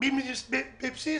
בבסיסי